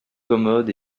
commodes